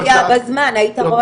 אם היית מגיע בזמן היית רואה.